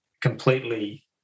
Completely